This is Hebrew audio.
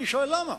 אני שואל: למה?